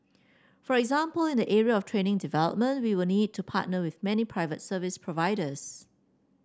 for example in the area of training development we will need to partner with many private service providers